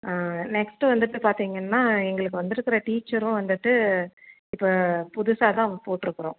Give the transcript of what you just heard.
next வந்துட்டு பார்த்தீங்கன்னா எங்களுக்கு வந்திருக்குற டீச்சரும் வந்துட்டு இப்போது புதுசாக தான் போட்டிருக்குறோம்